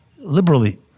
liberally